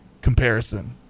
comparison